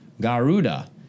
Garuda